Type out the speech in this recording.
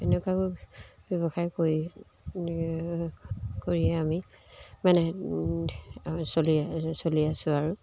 এনেকুৱাবোৰ ব্যৱসায় কৰি কৰিয়ে আমি মানে চলি চলি আছোঁ আৰু